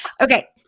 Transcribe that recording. Okay